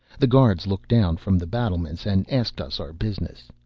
the guards looked down from the battlements and asked us our business.